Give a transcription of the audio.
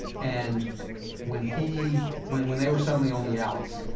and when he when when they were suddenly on the outs,